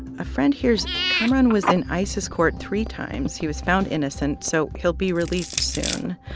a friend hears kamaran was in isis court three times. he was found innocent, so he'll be released soon.